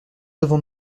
devant